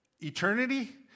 Eternity